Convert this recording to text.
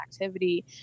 activity